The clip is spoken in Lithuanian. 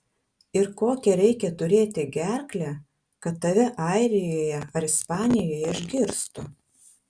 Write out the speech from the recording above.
ir kokią reikia turėti gerklę kad tave airijoje ar ispanijoje išgirstų